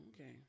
okay